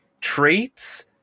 traits